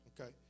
okay